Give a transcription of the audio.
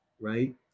right